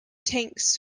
tanks